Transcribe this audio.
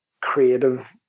creative